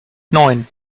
neun